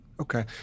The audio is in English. Okay